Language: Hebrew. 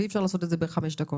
אי אפשר לעשות את זה בחמש דקות.